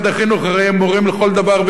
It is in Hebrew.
הרי הם מורים לכל דבר ועניין.